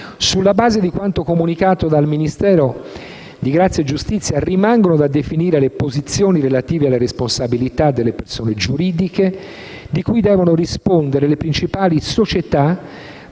Sulla base di quanto comunicato dal Ministero della giustizia, rimangono da definire le posizioni relative alle responsabilità delle persone giuridiche, di cui devono rispondere le principali società